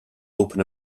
open